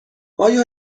آیا